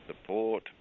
support